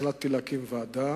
החלטתי להקים ועדה,